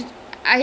ya